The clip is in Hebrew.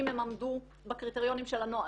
אם הן עמדו בקריטריונים של הנוהל.